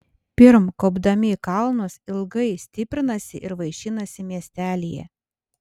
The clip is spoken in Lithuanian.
pirm kopdami į kalnus ilgai stiprinasi ir vaišinasi miestelyje